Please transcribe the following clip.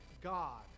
God